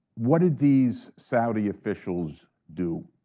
what did these saudi officials do?